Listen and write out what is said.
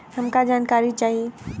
हमका जानकारी चाही?